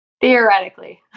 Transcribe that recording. Theoretically